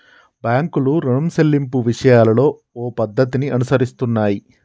బాంకులు రుణం సెల్లింపు విషయాలలో ఓ పద్ధతిని అనుసరిస్తున్నాయి